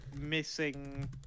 missing